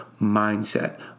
mindset